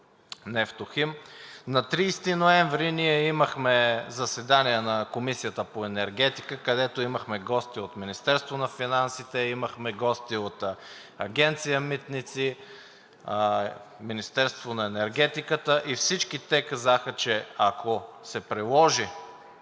Нефтохим“. На 30 ноември имахме заседание на Комисията по енергетика, където имахме гости от Министерството на финансите, имахме гости от Агенция „Митници“, от Министерството на енергетиката. Всички те казаха, че ако се приложи